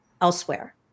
elsewhere